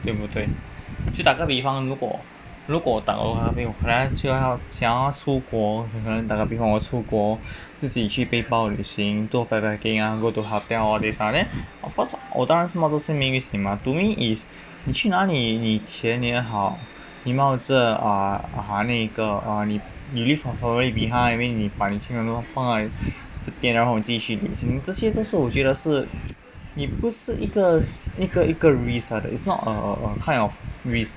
对不对就打个比方如果如果打如他本来就要想要出国可能打个比方我要出国自己去背包旅行做 backpacking ah go to hotel all these ah then of course 我当然是冒着生命危险嘛 to me is 你去哪里你钱也好你冒着 err !huh! 那个 err 你 leave on foreign behind I mean 你把你亲人都放在这边然后你自己去旅行这些都是我觉得是 你不是一个一个一个 risk 来的 it's not a a a kind of risk